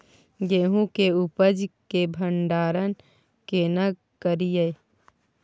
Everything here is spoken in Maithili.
गेहूं के उपज के भंडारन केना करियै?